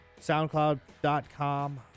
soundcloud.com